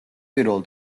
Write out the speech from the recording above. პირველ